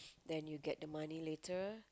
then you get the money later